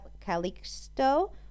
Calixto